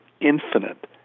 infinite